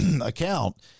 account